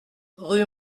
rue